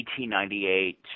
1898